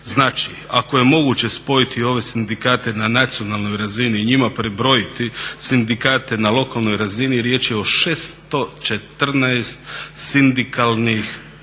Znači ako je moguće spojiti ove sindikate na nacionalnoj razini i njima pribrojiti sindikate na lokalnoj razini riječ je o 614 sindikalnih